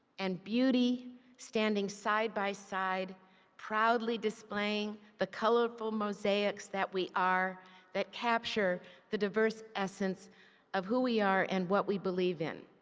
and beauty standing side-by-side proudly displaying the colorful mosaics that we are that capture the diverse essence of who we are and what we believe in.